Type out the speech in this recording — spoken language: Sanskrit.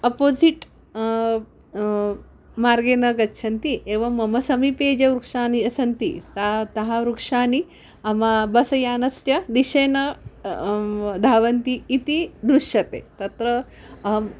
अपोसिट् मार्गे न गच्छन्ति एवं मम समीपे ये वृक्षाः सन्ति साः ताः वृक्षाः मम बस यानस्य दिशेन धावन्ति इति दृश्यते तत्र अहं